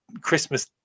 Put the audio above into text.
christmas